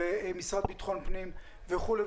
המשרד לביטחון פנים וכו'.